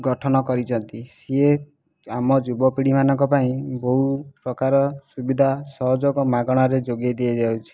ଗଠନ କରିଛନ୍ତି ସେ ଆମ ଯୁବପିଢ଼ି ମାନଙ୍କ ପାଇଁ ବହୁ ପ୍ରକାର ସୁବିଧା ସହଯୋଗ ମାଗଣାରେ ଯୋଗାଇଦିଆଯାଉଛି